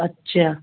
ਅੱਛਾ